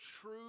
true